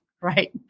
right